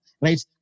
right